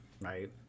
Right